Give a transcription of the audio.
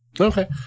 okay